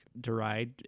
deride